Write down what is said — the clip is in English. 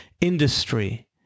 industry